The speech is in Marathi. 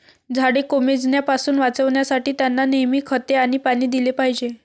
झाडे कोमेजण्यापासून वाचवण्यासाठी, त्यांना नेहमी खते आणि पाणी दिले पाहिजे